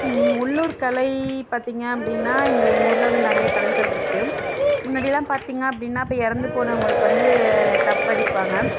உள்ளூர் கலை பார்த்திங்க அப்படின்னா இங்கே எங்கள் ஊரில் வந்து நிறைய கலைகள் இருக்குது முன்னாடிலாம் பார்த்திங்க அப்படின்னா இப்போ இறந்து போனவர்களுக்கு வந்து தப்பு அடிப்பாங்க